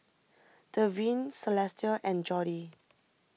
Devyn Celestia and Jordy